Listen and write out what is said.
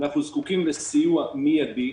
אנחנו זקוקים לסיוע מידי,